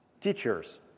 teachers